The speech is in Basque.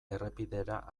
errepidera